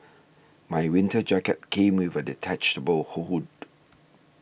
my winter jacket came with a detachable hood